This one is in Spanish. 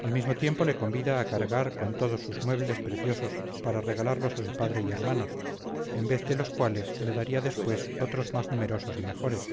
al mismo tiempo le convida a cargar con todos sus muebles preciosos para regalarlos a su padre y hermanos en vez de los cuales le daría después otros más numerosos y mejores